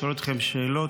לשאול אתכם שאלות?